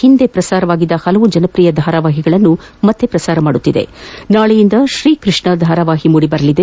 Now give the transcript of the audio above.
ಹಿಂದೆ ಪ್ರಸಾರವಾಗಿದ್ದ ಹಲವು ಜನಪ್ರಿಯ ಧಾರವಾಹಿಗಳನ್ನು ಮನಃ ಪ್ರಸಾರ ಮಾಡುತ್ತಿದ್ದು ನಾಳೆಯಿಂದ ಶ್ರೀಕೃಷ್ಷ ಧಾರವಾಹಿ ಮೂಡಿ ಬರಲಿದೆ